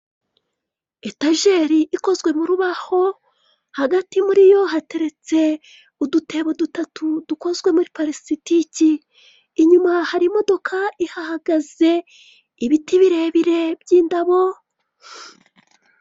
Aka ni agace gatuwe nk'uko bigaragazwa n'ibipangu bihari, hateye ipoto ririho insinga z'imikara kandi iri poto biragaragara ko rikwirakwiza umuriro w'amashanyarazi muri aka gace aha turahabona amapave aho iri poto rishinze, hari n'ibiti hakurya ndetse hari n'amabuye akikije izi ngo.